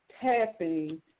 tapping